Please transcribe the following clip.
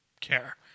care